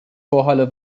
vorhalle